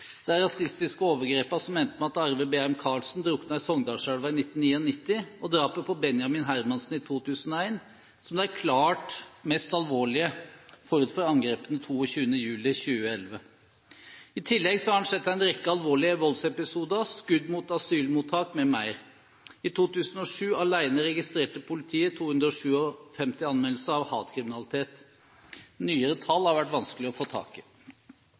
rasistiske overgrepene som endte med at Arve Beheim Karlsen druknet i Sogndalselva i 1999, og drapet på Benjamin Hermansen i 2001 som de klart mest alvorlige forut for angrepene 22. juli 2011. I tillegg har en sett en rekke alvorlige voldsepisoder, skudd mot asylmottak m.m. Bare i 2007 registrerte politiet 257 anmeldelser av hatkriminalitet. Nyere tall har vært vanskelig å få tak i.